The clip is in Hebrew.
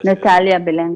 --- נטליה בילנקו.